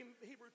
Hebrew